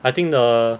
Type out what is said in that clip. I think the